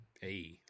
Hey